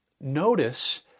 notice